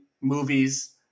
movies